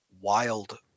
wild